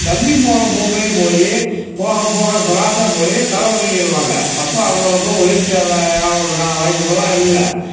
தண்ணி போகிற போக்குலேயே போய் போகப் போக கிராஸாக போய் கரை ஒதுங்கிருவாங்க அப்போ அவங்களுக்கும் உயிர் சேதம் ஆகிறதுக்கான வாய்ப்புகள்லாம் இல்லை